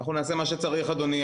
אנחנו נעשה מה שצריך, אדוני.